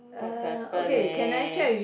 what's happening